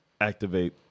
activate